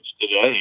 today